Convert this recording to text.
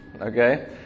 Okay